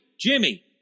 Jimmy